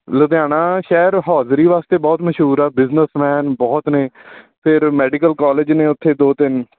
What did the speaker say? ਲੁਧਿਆਣਾ ਸ਼ਹਿਰ ਹੌਜ਼ਰੀ ਵਾਸਤੇ ਬਹੁਤ ਮਸ਼ਹੂਰ ਆ ਬਿਜ਼ਨਸਮੈਨ ਬਹੁਤ ਨੇ ਫਿਰ ਮੈਡੀਕਲ ਕੋਲਜ ਨੇ ਉੱਥੇ ਦੋ ਤਿੰਨ